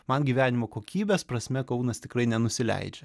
man gyvenimo kokybės prasme kaunas tikrai nenusileidžia